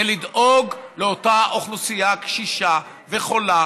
זה לדאוג לאותה אוכלוסייה קשישה וחולה